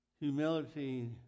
Humility